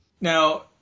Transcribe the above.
Now